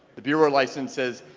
the beerware license says,